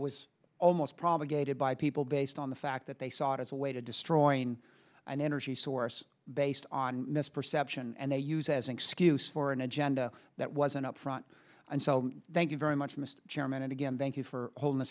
was almost probably gated by people based on the fact that they saw it as a way to destroying an energy source based on misperception and they used as an excuse for an agenda that wasn't upfront and fell thank you very much mr chairman and again thank you for holding th